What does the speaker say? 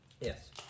Yes